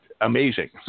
amazing